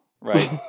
right